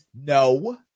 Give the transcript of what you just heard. No